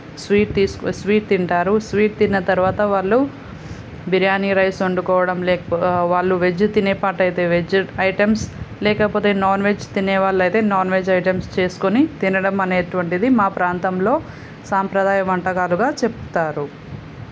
sweet తీసుకో sweet తింటారు sweet తిన్న తరువాత వాళ్ళు బిర్యానీ రైస్ వండుకోవడం లేకపో వాళ్ళు వెజ్ తినేపాటు అయితే వెజ్ ఐటమ్స్ లేకపోతే నాన్వెజ్ తినే వాళ్ళయితే నాన్వెజ్ ఐటమ్స్ చేసుకొని తినడం అనేటువంటిది మా ప్రాంతంలో సాంప్రదాయ వంటకాలుగా చెబుతారు